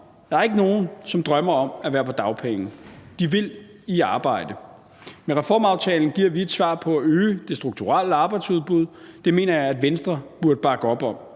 at der ikke er nogen, som drømmer om at være på dagpenge. De vil i arbejde. Med reformaftalen giver vi et svar på at øge det strukturelle arbejdsudbud. Det mener jeg at Venstre burde bakke op om.